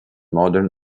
modern